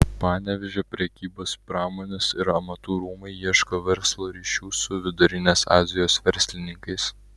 panevėžio prekybos pramonės ir amatų rūmai ieško verslo ryšių su vidurinės azijos verslininkais